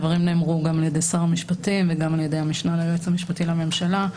הדברים נאמרו גם ע"י שר המשפטים וגם ע"י המשנה ליועץ המשפטי לממשלה.